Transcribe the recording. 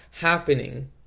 happening